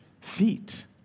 feet